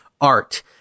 art